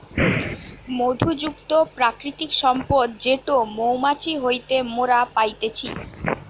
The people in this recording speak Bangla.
মধু যুক্ত প্রাকৃতিক সম্পদ যেটো মৌমাছি হইতে মোরা পাইতেছি